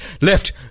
Left